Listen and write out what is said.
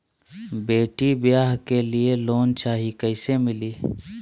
बेटी ब्याह के लिए लोन चाही, कैसे मिली?